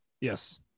Yes